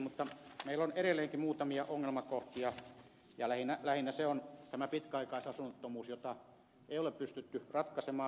mutta meillä on edelleenkin muutamia ongelmakohtia lähinnä tämä pitkäaikaisasunnottomuus jota ei ole pystytty ratkaisemaan